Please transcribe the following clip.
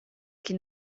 que